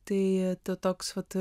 tai toks vat